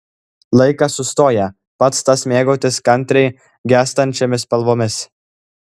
laikas sustoja pats tas mėgautis kantriai gęstančiomis spalvomis